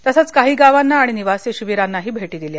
तसंच काही गावांना आणि निवासी शिबीरांना भेटीही दिल्या